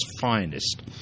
finest